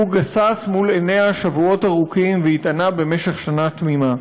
הוא גסס מול עיניה שבועות ארוכים והתענה במשך שנה תמימה,